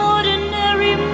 Ordinary